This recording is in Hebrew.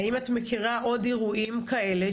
האם את מכירה עוד אירועים כאלה,